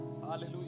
Hallelujah